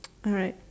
alright